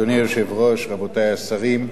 אדוני היושב-ראש, רבותי השרים,